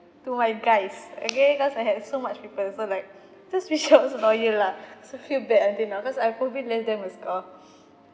to my guys okay because I had so much people so like just wish I was loyal lah so feel bad until now cause I probably left them a scar